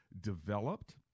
developed